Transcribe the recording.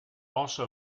also